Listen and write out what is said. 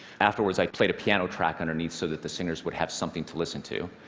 afterwards, i played a piano track underneath so that the singers would have something to listen to.